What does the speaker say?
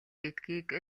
гэдгийг